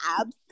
abs